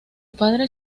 padre